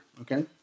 Okay